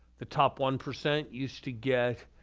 the top one percent used to get